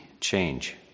change